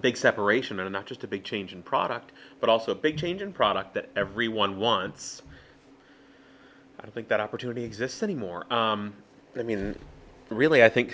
big separation and not just a big change in product but also a big change in product that everyone wants i think that opportunity exists anymore i mean really i think